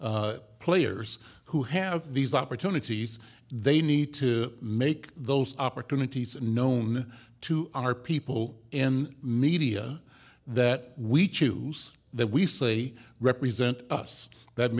players who have these opportunities they need to make those opportunities unknown to our people and media that we choose that we say represent us that